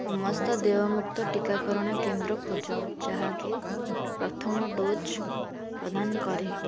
ସମସ୍ତ ଦେୟମୁକ୍ତ ଟିକାକରଣ କେନ୍ଦ୍ର ଖୋଜ ଯାହାକି ପ୍ରଥମ ଡୋଜ୍ ପ୍ରଦାନ କରେ